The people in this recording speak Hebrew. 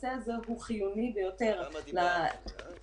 הנושא הזה הוא חיוני ביותר לטיפול.